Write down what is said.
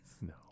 No